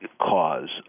cause